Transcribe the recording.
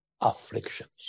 afflictions